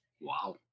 Wow